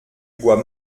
bois